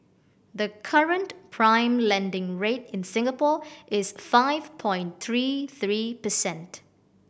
the current prime lending rate in Singapore is five point three three percent